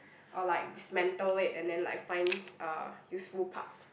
or like dismantle it and then like find uh useful parts